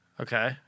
Okay